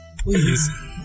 Please